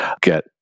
get